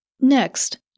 Next